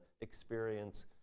experience